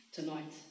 Tonight